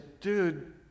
Dude